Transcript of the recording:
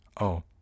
Oh